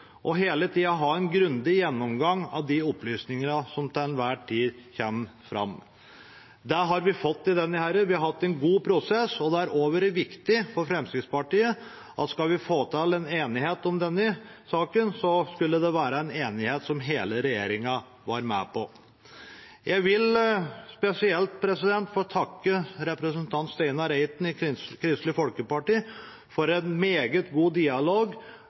saken hele tida å ha en grundig gjennomgang av de opplysningene som til enhver tid kommer fram. Det har vi fått her, vi har hatt en god prosess. Det har også vært viktig for Fremskrittspartiet at skulle vi få til en enighet om denne saken, skulle det være en enighet som hele regjeringen var med på. Jeg vil spesielt få takke representanten Steinar Reiten i Kristelig Folkeparti for en meget god dialog